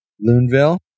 Loonville